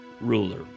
ruler